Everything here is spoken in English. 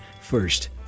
First